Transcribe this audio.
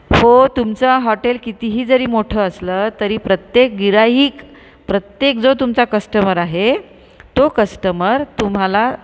हो तुमचं हॉटेल कितीही जरी मोठं असलं तरी प्रत्येक गिऱ्हाईक प्रत्येक जो तुमचा कस्टमर आहे तो कस्टमर तुम्हाला